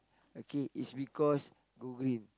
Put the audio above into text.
okay is because go green